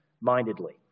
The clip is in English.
mindedly